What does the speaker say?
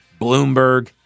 Bloomberg